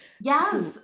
yes